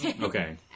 Okay